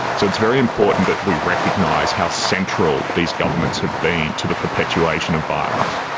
so it's very important that we recognise how central these governments have been to the perpetuation of violence.